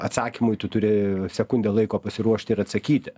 atsakymui tu turi sekundę laiko pasiruošti ir atsakyti